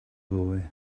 boy